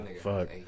Fuck